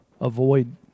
avoid